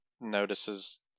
notices